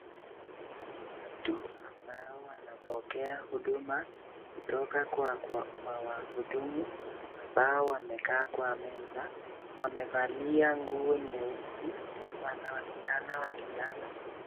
Watu ambao wanapokea huduma kutoka kwa wahudumu na ambao wamekaa mwa meza, wamevalia nguo nyeusi, wanaonekana wakiwa kijana.